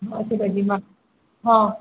ହଉ ଠିକ୍ ଅଛି ଜିମା ହଁ